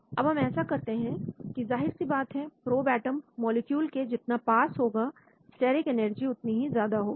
जब हम ऐसा करते हैं तो जाहिर सी बात है प्रोब एटम मॉलिक्यूल के जितना पास होगा स्टेरिक एनर्जी उतनी ही ज्यादा होगी